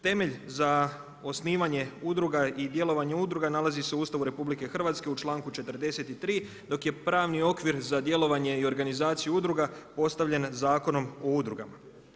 Temelj za osnivanje udruga i djelovanje udruga nalazi se u Ustavu RH u članku 43. dok je pravni okvir za djelovanje i organizaciju udruga postavljen Zakonom o udrugama.